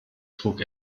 trug